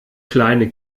kleine